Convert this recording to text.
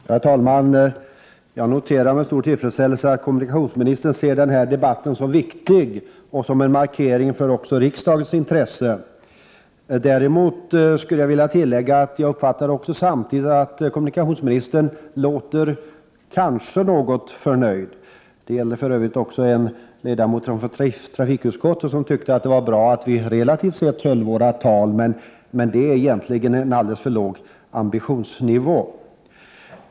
Herr talman! Jag noterar med stor tillfredsställelse att kommunikationsministern ser den här debatten som viktig och som en markering för det intresse som finns i riksdagen. Jag uppfattar samtidigt att kommunikationsministern kanske låter något förnöjd, vilket också gäller den ledamot från trafikutskottet som tyckte att det var bra att vi relativt sett hade samma nivå på olyckstalen. Men det är egentligen en alldeles för låg ambitionsnivå.